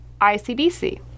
ICBC